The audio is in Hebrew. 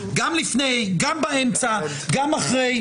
גם לפני, גם באמצע, גם אחרי.